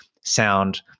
sound